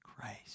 Christ